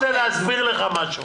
איתן, אני רוצה להסביר לך משהו.